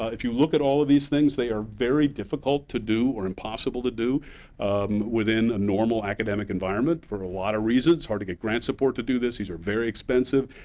if you look at all of these things, they are very difficult to do or impossible to do within a normal academic environment for a lot of reasons. it's hard to get grant support to do this. these are very expensive.